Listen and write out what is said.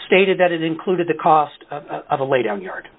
stated that it included the cost of a lay down yard